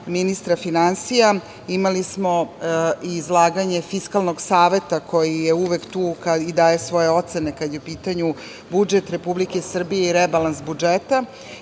ministra finansija, imali smo izlaganje Fiskalnog saveta koji je uvek tu i daje svoje ocene kada je u pitanju budžet Republike Srbije i rebalans budžeta